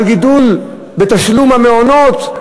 על גידול בתשלום למעונות?